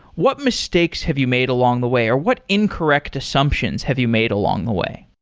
what mistakes have you made along the way, or what incorrect assumptions have you made along the way?